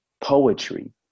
poetry